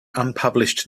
unpublished